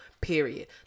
period